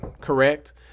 Correct